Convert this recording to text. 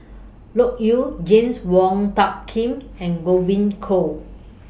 Loke Yew James Wong Tuck Yim and Godwin Koay